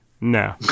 No